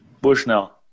Bushnell